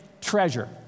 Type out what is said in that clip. treasure